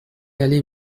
allez